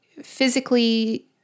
physically